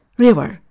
River